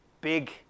Big